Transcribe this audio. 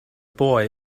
boy